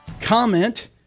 comment